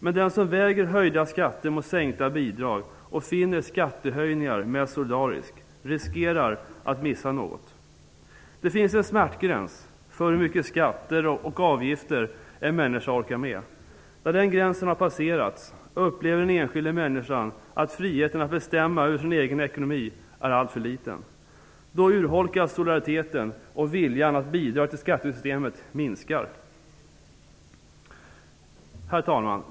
Men den som väger höjda skatter mot sänkta bidrag och finner skattehöjningar mer solidariskt riskerar att missa något. Det finns en smärtgräns för hur mycket skatter och avgifter en människa orkar med. När den gränsen har passerats upplever den enskilda människan att friheten att bestämma över sin egen ekonomi är alltför liten. Då urholkas solidariteten, och viljan att bidra till skattesystemet minskar. Herr talman!